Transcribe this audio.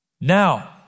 Now